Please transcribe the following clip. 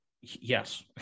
yes